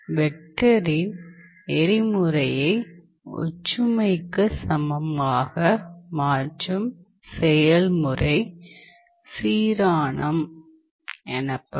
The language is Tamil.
வெக்டரின் நெறிமுறையை ஒற்றுமைக்கு சமமாக மாற்றும் செயல்முறை சீரானம் எனப்படும்